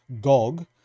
Gog